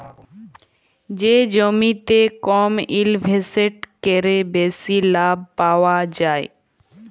যে জমিতে কম ইলভেসেট ক্যরে বেশি লাভ পাউয়া যায়